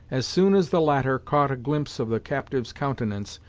as soon as the latter caught a glimpse of the captive's countenance,